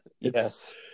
Yes